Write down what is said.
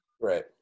right